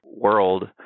world